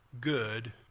good